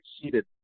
exceeded